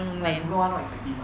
why google [one] not effective ah